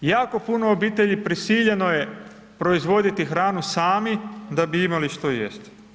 Jako puno obitelji prisiljeno je proizvoditi hranu sami da bi imali što jesti.